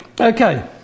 Okay